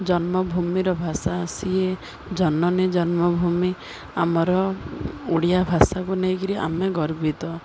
ଜନ୍ମଭୂମିର ଭାଷା ଆସେ ଜନନୀ ଜନ୍ମଭୂମି ଆମର ଓଡ଼ିଆ ଭାଷାକୁ ନେଇକରି ଆମେ ଗର୍ବିତ